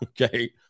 okay